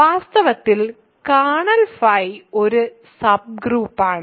വാസ്തവത്തിൽ കേർണൽ ϕ ഒരു സബ്ഗ്രൂപ്പാണ്